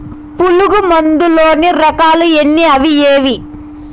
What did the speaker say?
పులుగు మందు లోని రకాల ఎన్ని అవి ఏవి?